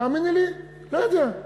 תאמיני לי, לא יודע.